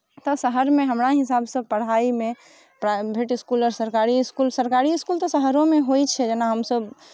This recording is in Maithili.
तऽ शहरमे हमरा हिसाबसँ पढ़ाइमे प्राइभेट इस्कुल आओर सरकारी इस्कुल सरकारी इस्कुल तऽ शहरोमे होइत छै जेना हमसभ